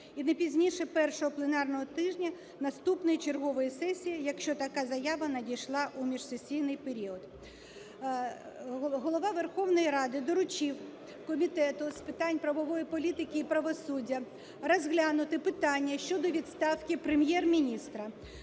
і не пізніше першого пленарного тижня наступної чергової сесії, якщо така заява надійшла у міжсесійний період. Голова Верховної Ради доручив Комітету з питань правової політики і правосуддя розглянути питання щодо відставки Прем'єр-міністра.